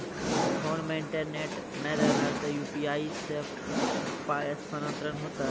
Phone मे internet नै रहला सॅ, यु.पी.आई सॅ पाय स्थानांतरण हेतै?